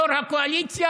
יו"ר הקואליציה,